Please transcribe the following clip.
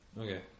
Okay